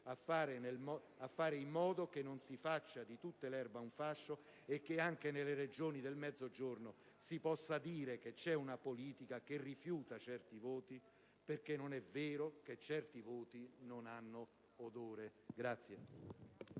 a fare in modo che non si faccia di tutta l'erba un fascio e che anche nelle Regioni del Mezzogiorno si possa dire che c'è una politica che rifiuta certi voti, perché non è vero che certi voti non hanno odore.